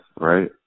right